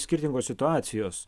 skirtingos situacijos